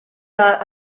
that